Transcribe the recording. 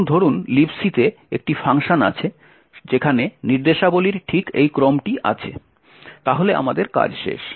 এখন ধরুন Libc এ একটি ফাংশন আছে যেখানে নির্দেশাবলীর ঠিক এই ক্রমটি আছে তাহলে আমাদের কাজ শেষ